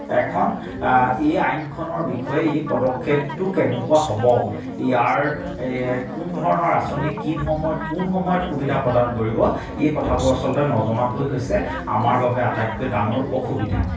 এখন এই আইনখনৰ বিষয়ে এই পদক্ষেপটো কেনেকুৱা হব ইয়াৰ কোন ধৰণৰ আঁচনি কি সময়ত কোন সময়ত সুবিধা প্ৰদান কৰিব এই কথাবোৰ আচলতে নজনাটোৱেই হৈছে আমাৰ বাবে আটাইতকৈ ডাঙৰ অসুবিধা